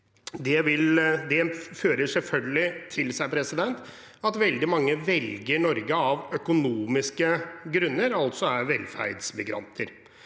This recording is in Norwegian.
Det fører selvfølgelig til at veldig mange velger Norge av økonomiske grunner, altså er velferdsmigranter.